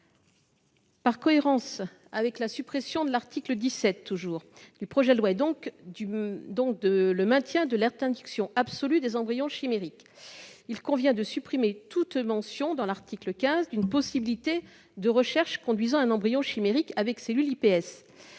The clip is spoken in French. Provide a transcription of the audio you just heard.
par cohérence avec la suppression de l'article 17 et donc du maintien de l'interdiction absolue des embryons chimériques, il convient, selon moi, de supprimer toute mention dans l'article 15 d'une possibilité de recherches conduisant à un embryon chimérique avec des cellules iPS.